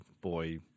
boy